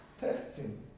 testing